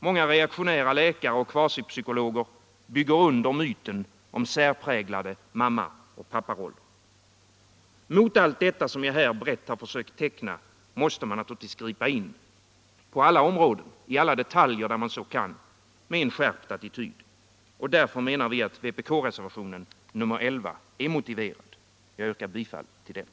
Mårga reaktionära läkare och kvasipsykologer bygger under myten om särpräglade mamma och papparoller. Mot allt det som jag här brett har försökt teckna måste man naturligtvis gripa in på alla områden, och i alla detaljer, där man så kan, med en skärpt attityd. Därför menar vi att vpk-reservationen nr 11 är motiverad. Jag yrkar bifall till den.